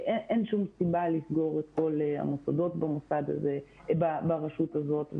אין שום סיבה לסגור את כל המוסדות ברשות הזאת.